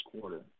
quarter